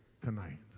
tonight